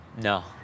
No